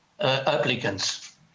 applicants